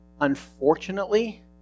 Unfortunately